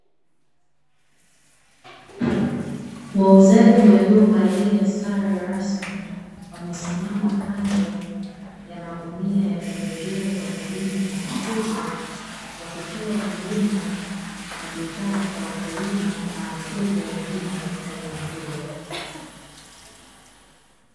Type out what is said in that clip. Wauzaji waliovalia sare rasmi wamesimama kando ya magunia ya pembejeo za kilimo na mifugo. Wakitoa huduma na bidhaa kwa wakulima na wateja wengine katika eneo hilo.